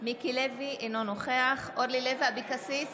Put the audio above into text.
מיקי לוי, אינו נוכח אורלי לוי אבקסיס,